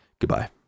goodbye